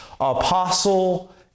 apostle